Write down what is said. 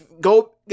go